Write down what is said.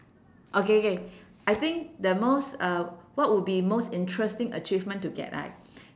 okay K I think the most uh what would be most interesting achievement to get right